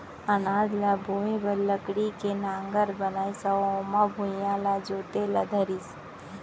अनाज ल बोए बर लकड़ी के नांगर बनाइस अउ ओमा भुइयॉं ल जोते ल धरिस